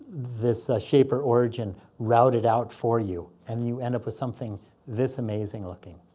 this shaper origin route it out for you. and you end up with something this amazing looking.